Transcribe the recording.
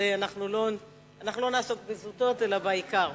אבל אנחנו לא נעסוק בזוטות אלא בעיקר.